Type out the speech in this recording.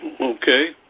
Okay